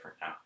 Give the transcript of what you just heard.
now